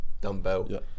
dumbbell